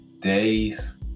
days